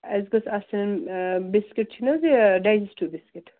اَسہِ گٔژھ آسٕنۍ بِسکِٹ چھِنہٕ حظ یہِ ڈایجَسٹِو بِسکِٹ